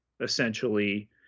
essentially